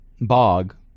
Bog